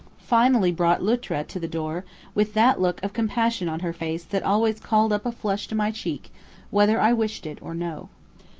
finally brought luttra to the door with that look of compassion on her face that always called up a flush to my cheek whether i wished it or no.